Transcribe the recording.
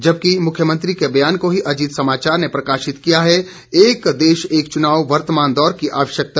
जबकि मुख्यमंत्री के ब्यान को ही अजीत समाचार ने प्रकाशित किया है एक देश एक चुनाव वर्तमान दौर की आवश्यकता